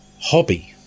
hobby